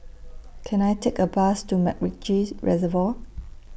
Can I Take A Bus to Macritchie Reservoir